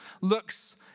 looks